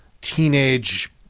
teenage